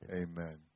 amen